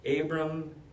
Abram